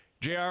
JR